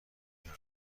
دارم